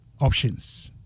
options